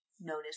notice